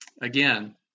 again